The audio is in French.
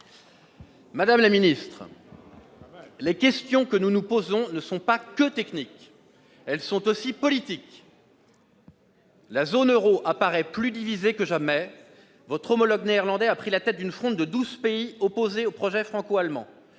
Madame la secrétaire d'État, les questions que nous nous posons ne sont pas seulement techniques ; elles sont aussi politiques. La zone euro apparaît plus divisée que jamais. Votre homologue néerlandais a pris la tête d'une fronde de douze pays opposés au projet franco-allemand.